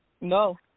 No